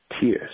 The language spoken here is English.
tears